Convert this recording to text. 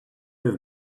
have